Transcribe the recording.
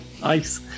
Nice